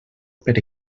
per